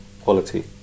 quality